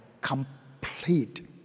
complete